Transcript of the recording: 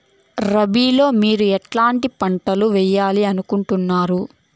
రబిలో మీరు ఎట్లాంటి పంటలు వేయాలి అనుకుంటున్నారు?